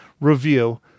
review